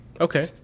Okay